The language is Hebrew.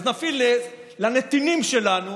אז נפעיל על נתינים שלנו